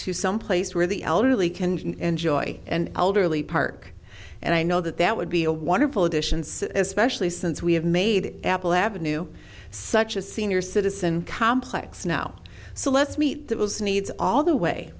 to some place where the elderly can enjoy and elderly park and i know that that would be a wonderful addition especially since we have made apple avenue such a senior citizen complex now so let's meet those needs all the way